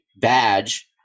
badge